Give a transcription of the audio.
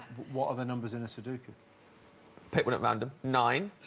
what are the numbers in the sudoku pick one at random nine